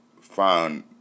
find